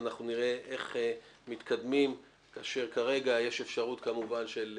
ואנחנו נראה איך מתקדמים כאשר כרגע יש אפשרות עם חיוב,